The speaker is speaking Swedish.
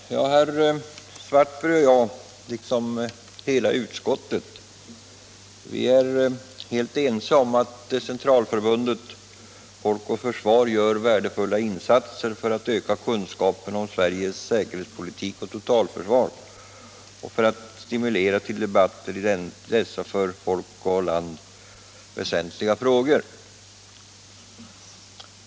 Herr talman! Herr Svartberg och jag, liksom hela utskottet, är helt ense om att Centralförbundet Folk och försvar gör värdefulla insatser för att öka kunskapen om Sveriges säkerhetspolitik och totalförsvar och för att stimulera till debatter i dessa för folk och land väsentliga frågor.